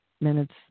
minutes